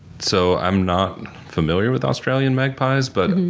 so i'm not familiar with australian magpies, but